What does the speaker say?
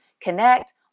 connect